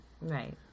right